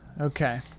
Okay